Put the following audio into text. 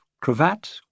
cravat